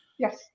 Yes